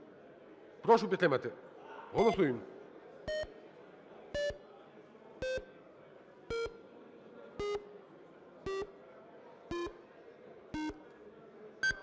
прошу підтримати. Голосуємо